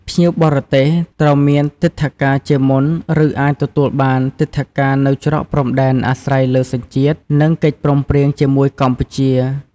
ភ្ញៀវទេសចរបរទេសត្រូវមានទិដ្ឋាការជាមុនឬអាចទទួលបានទិដ្ឋាការនៅច្រកព្រំដែនអាស្រ័យលើសញ្ជាតិនិងកិច្ចព្រមព្រៀងជាមួយកម្ពុជា។